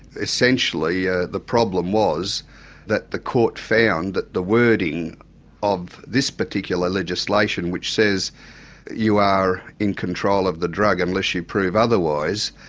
essentially, ah the problem was that the court found that the wording of this particular legislation, which says you are in control of the drug unless you prove otherwise,